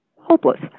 hopeless